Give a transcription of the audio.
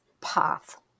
path